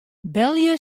belje